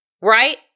Right